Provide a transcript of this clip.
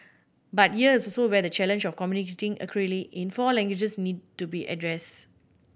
but here is also where the challenge of communicating accurately in four languages needs to be addressed